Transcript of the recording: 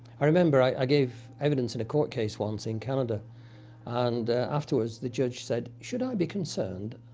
i remember, i gave evidence in a court case once in canada and afterwards the judge said should i be concerned